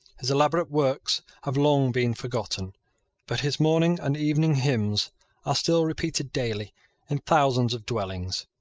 his elaborate works have long been forgotten but his morning and evening hymns are still repeated daily in thousands of dwellings.